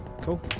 Cool